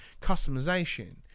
customization